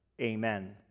Amen